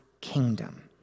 kingdom